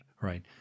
right